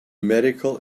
medical